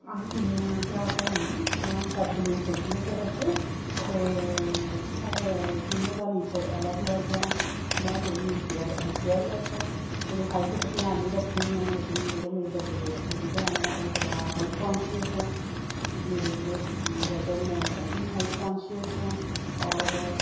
अस तिन्न भैन भ्रा न में सारें कोलूं छोटी आं घरै च ते साढ़े तिन्नों दा नेच्चर लग्ग लग्ग ऐ में थोह्ड़ी केयर केयरलैस्स आं थोह्ड़ी हैल्प पर ध्यान निं रक्खनी आं लेकिन जेह्के मेरे बड्डे बड़ी भैन ऐ ओह् थोह्ड़ा हैल्प कान्शियस ऐ मेरे जेह्ड़े ब्रदर ओह् बी हैल्प कान्शियस ऐ और